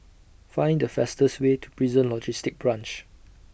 Find The fastest Way to Prison Logistic Branch